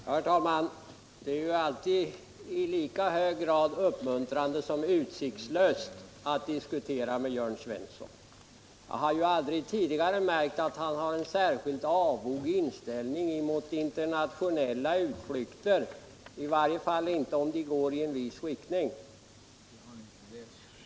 Herr talman! Det är ju alltid i lika hög grad uppmuntrande som utsiktslöst att diskutera med Jörn Svensson. Jag har aldrig tidigare märkt att Jörn Svensson har en särskilt avog inställning mot internationella utflykter, i varje fall inte om de går i en viss riktning.